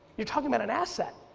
you're talking about an asset.